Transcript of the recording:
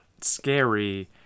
scary